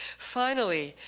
finally,